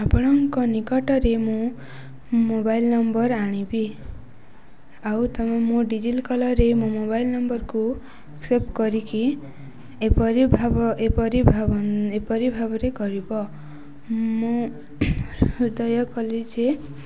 ଆପଣଙ୍କ ନିକଟରେ ମୁଁ ମୋବାଇଲ୍ ନମ୍ବର ଆଣିବି ଆଉ ତମେ ମୁଁ ରେ ମୋ ମୋବାଇଲ୍ ନମ୍ବରକୁ ସେଭ୍ କରିକି ଏପରି ଭାବ ଏପରି ଭାବ ଏପରି ଭାବରେ କରିବ ମୁଁ ହୃଦୟ କଲି ଯେ